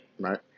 Right